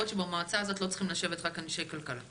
אתה אומר שבמועצה הזאת לא צריכים לשבת רק אנשי כלכלה.